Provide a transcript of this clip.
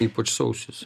ypač sausis